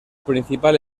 principal